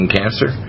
cancer